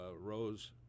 Rose